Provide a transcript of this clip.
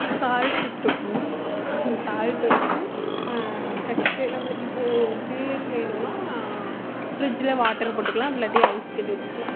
salt எடுத்துக்கணும் அந்த சால்ட்டை வச்சு ஃபஸ்ட்டு நம்மளுக்கு இப்போது ஜில்லுன்னு வேணும்னால் பிரிட்ஜ்ஜில் வாட்டர் போட்டுக்கலாம் அப்படி இல்லாட்டி ஐஸ் கட்டி வச்சுக்கலாம்